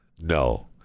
no